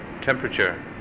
Temperature